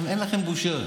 אין לכם בושה.